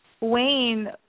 Wayne